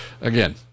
again